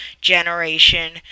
generation